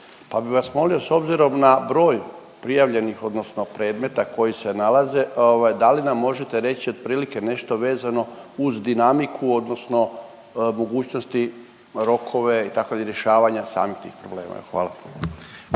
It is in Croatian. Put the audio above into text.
pa bih vas molio s obzirom na broj prijavljenih, odnosno predmeta koji se nalaze, da li nam možete reći otprilike nešto vezano uz dinamiku, odnosno mogućnosti, rokove i tako rješavanja samih tih problema. Hvala.